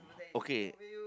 okay